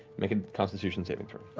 make a constitution saving throw.